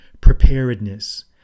preparedness